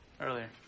earlier